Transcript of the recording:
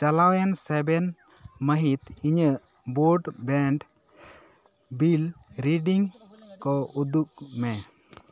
ᱪᱟᱞᱟᱣ ᱮᱱ ᱥᱮᱵᱷᱮᱱ ᱢᱟᱹᱦᱤᱛ ᱤᱧᱟᱹᱜ ᱵᱳᱴᱵᱮᱱᱴ ᱵᱤᱞ ᱨᱤᱰᱤᱝ ᱠᱚ ᱩᱫᱩᱠ ᱢᱮ